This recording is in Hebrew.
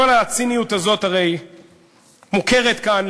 אבל הציניות הזאת הרי מוכרת כאן.